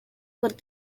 what